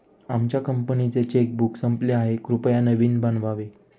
आमच्या कंपनीचे चेकबुक संपले आहे, कृपया नवीन बनवावे